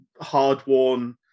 hardworn